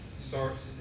starts